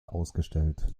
ausgestellt